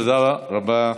תודה רבה.